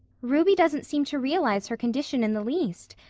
ruby doesn't seem to realize her condition in the least.